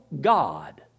God